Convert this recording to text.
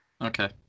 Okay